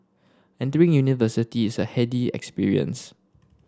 entering university is a heady experience